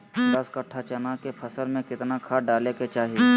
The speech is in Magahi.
दस कट्ठा चना के फसल में कितना खाद डालें के चाहि?